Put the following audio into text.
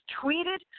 tweeted